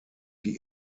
die